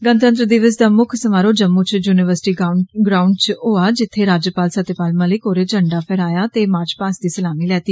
गणतंत्र दिवस दा मुक्ख समारोह जम्मू च युनिवर्सिटी ग्राऊंड च होआ जित्थे राज्यपाल सत्यपाल मलिक होरें झंडा फेहराया ते मार्च पास्ट दी सलामी लेती